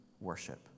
worship